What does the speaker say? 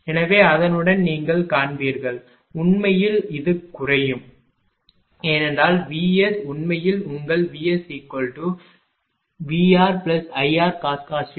எனவே அதனுடன் நீங்கள் காண்பீர்கள் δ உண்மையில் அது குறையும் ஏனென்றால் இந்த VS உண்மையில் உங்கள் VSVRIrcos Ixl xcsin